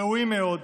ראויים מאוד,